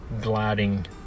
gliding